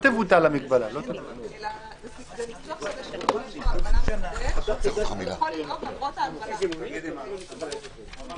הישיבה ננעלה בשעה 16:01.